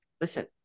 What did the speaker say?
Listen